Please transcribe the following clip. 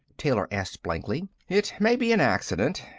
taylor asked blankly. it may be an accident,